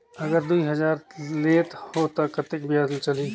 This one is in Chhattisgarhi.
अगर दुई हजार लेत हो ता कतेक ब्याज चलही?